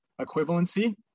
equivalency